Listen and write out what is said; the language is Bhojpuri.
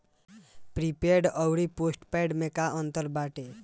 प्रीपेड अउर पोस्टपैड में का अंतर बाटे?